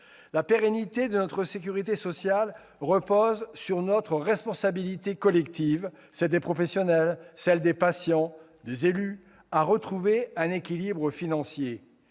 La pérennité de notre sécurité sociale repose sur notre responsabilité collective, celle des professionnels, celle des patients, des élus, à retrouver un équilibre financier,